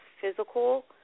physical